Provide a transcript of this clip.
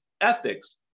Ethics